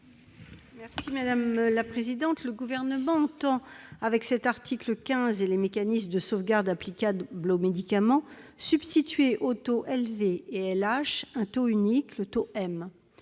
Mme Laurence Cohen. Le Gouvernement entend, avec l'article 15 et les mécanismes de sauvegarde applicables aux médicaments, substituer aux taux Lv et Lh un taux unique, le taux M.